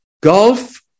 golf